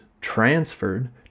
transferred